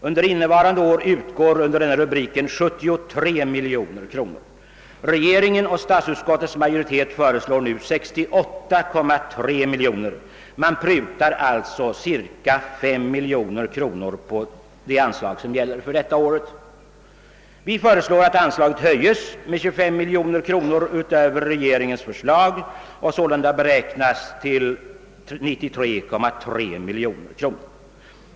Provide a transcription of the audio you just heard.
Under innevarande år utgår under denna rubrik 73 miljoner kronor. Regeringen och statsutskottets majoritet föreslår nu 68,3 miljoner kronor. Det prutas alltså cirka 5 miljoner på anslaget för detta år. Vi yrkar emellertid på att anslaget höjs med 25 miljoner kronor utöver regeringens förslag, vilket innebär att anslaget skulle uppgå till 93,3 miljoner kronor.